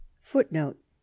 Footnote